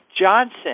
Johnson